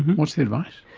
what is the advice?